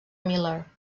miller